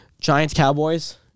Giants-Cowboys